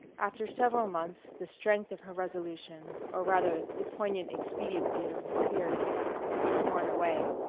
after several months the strength of her resolution or rather the poignant expediency of her fears was worn away.